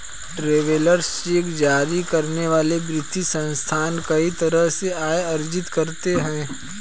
travellers cheque जारी करने वाले वित्तीय संस्थान कई तरह से आय अर्जित करते हैं